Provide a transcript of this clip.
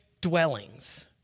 dwellings